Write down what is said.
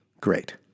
Great